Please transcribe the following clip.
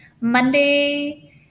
Monday